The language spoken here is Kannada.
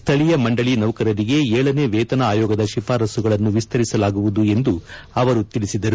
ಸ್ಥಳೀಯ ಮಂಡಳಿ ನೌಕರರಿಗೆ ಏಳನೇ ವೇತನ ಆಯೋಗದ ಶಿಫಾರಸ್ಪುಗಳನ್ನು ವಿಸ್ತರಿಸಲಾಗುವುದು ಎಂದು ತಿಳಿಸಿದರು